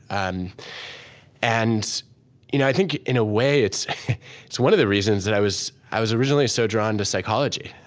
and and you know i think, in a way, it's it's one of the reasons and i was i was originally so drawn to psychology